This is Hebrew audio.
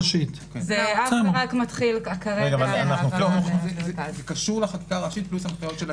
נוכל לקלוט שלוש שנים אחורה, חובות צבורים.